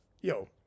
Yo